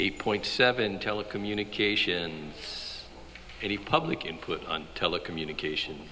eight point seven telecommunications any public input on telecommunication